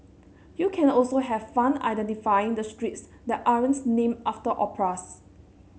you can also have fun identifying the streets that aren't named after operas